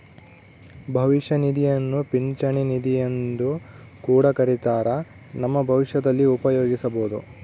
ಭವಿಷ್ಯ ನಿಧಿಯನ್ನ ಪಿಂಚಣಿ ನಿಧಿಯೆಂದು ಕೂಡ ಕರಿತ್ತಾರ, ನಮ್ಮ ಭವಿಷ್ಯದಲ್ಲಿ ಉಪಯೋಗಿಸಬೊದು